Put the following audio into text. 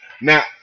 Now